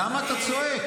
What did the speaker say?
למה אתה צועק?